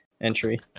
entry